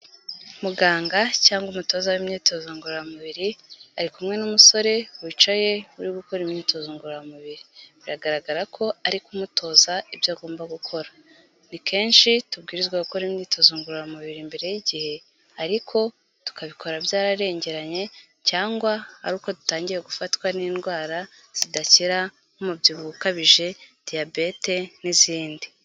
Muganga cyangwa umutoza w'imyitozo ngororamubiri, ari kumwe n'umusore wicaye uri gukora imyitozo ngororamubiri, biragaragara ko ari kumutoza ibyo agomba gukora. Ni kenshi tubwirizwa gukora imyitozo ngororamubiri mbere y'igihe, ariko tukabikora byararengeranye, cyangwa ari uko dutangiye gufatwa n'indwara zidakira, nk'umubyibuho ukabije, diyabete, n'izindi.